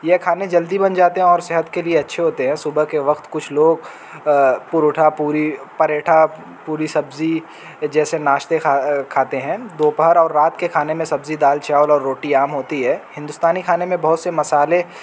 یہ کھانے جلدی بن جاتے ہیں اور صحت کے لیے اچھے ہوتے ہیں صبح کے وقت کچھ لوگ پراٹھا پوری پراٹھا پوری سبزی جیسے ناشتے کھاتے ہیں دوپہر اور رات کے کھانے میں سبزی دال چاول اور روٹی عام ہوتی ہے ہندوستانی کھانے میں بہت سے مسالے